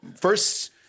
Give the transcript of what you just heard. First